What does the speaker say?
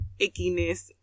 ickiness